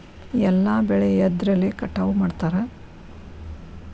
ಎಲ್ಲ ಬೆಳೆ ಎದ್ರಲೆ ಕಟಾವು ಮಾಡ್ತಾರ್?